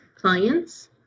clients